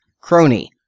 Crony